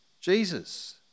Jesus